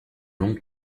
long